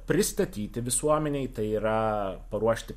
pristatyti visuomenei tai yra paruošti